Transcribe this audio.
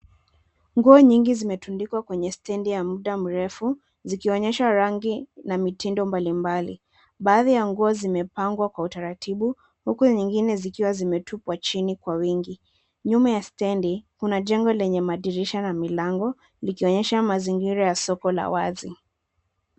Nguo nyingi zimetundikwa kwenye stendi ya mda mrefu zikionyesha rangi na mitindo mbalimbali. Baadhi ya nguo zimepangwa kwa utaratibu huku zingine zikiwa zimetupwa chini kwa wingi . Nyuma ya ste di kuna jengo lenye madirisha na milango likionyesha mazingira ya soko la wazi.